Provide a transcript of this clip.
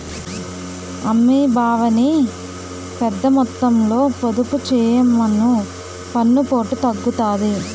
అమ్మీ బావని పెద్దమొత్తంలో పొదుపు చెయ్యమను పన్నుపోటు తగ్గుతాది